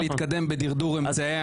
רוויזיה על טענה לנושא חדש,